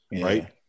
Right